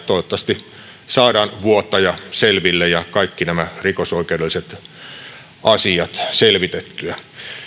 toivottavasti saadaan vuotaja selville ja kaikki nämä rikosoikeudelliset asiat selvitettyä